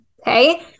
Okay